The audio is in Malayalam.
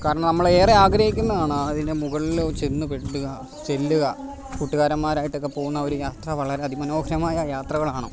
കാരണം നമ്മൾ ഏറെ ആഗ്രഹിക്കുന്നതാണ് അതിന്റെ മുകളിൽ ചെന്ന് പെടുക ചെല്ലുക കൂട്ടുകാരന്മാർ ആയിട്ടൊക്കെ പോകുന്ന ആ ഒരു യാത്ര വളരെ അതി മനോഹരമായ യാത്രകളാകണം